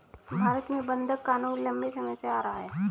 भारत में बंधक क़ानून लम्बे समय से चला आ रहा है